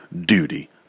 duty